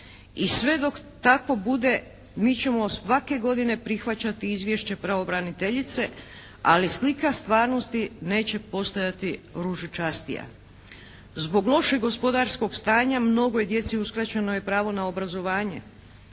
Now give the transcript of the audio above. I sve dok tako bude mi ćemo svake godine prihvaćati Izvješće pravobraniteljice ali slika stvarnosti neće postajati ružićastija. Zbog lošeg gospodarskog stanja mnogoj djeci je uskraćeno je pravo na obrazovanje.